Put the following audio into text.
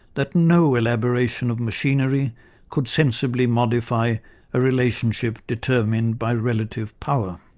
that no elaboration of machinery could sensibly modify a relationship determined by relative power'.